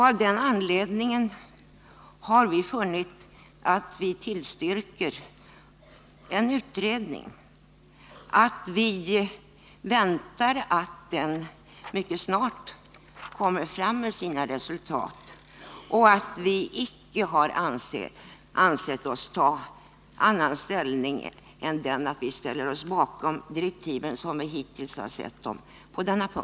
Av den anledningen tillstyrker vi en utredning och väntar oss att den mycket snart kommer fram med sina resultat. Och vi har icke tagit ställning på annat sätt än att vi ställt oss bakom direktiven på denna punkt såsom vi sett dem.